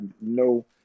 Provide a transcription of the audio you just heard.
no